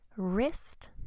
Wrist